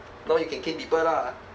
now you can cane people lah